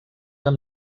amb